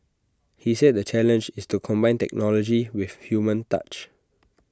he said the challenge is to combine technology with human touch